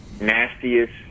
nastiest